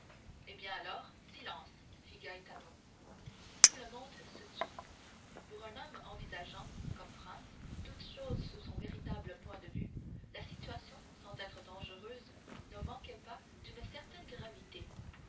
eh bien alors silence fit gaetano tout le monde se tut pour un homme envisageant comme franz toute chose sous son véritable point de vue la situation sans être dangereuse ne manquait pas d'une certaine gravité